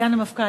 סגן המפכ"ל,